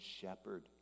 Shepherd